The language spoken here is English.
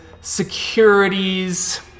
Securities